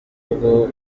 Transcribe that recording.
ubwo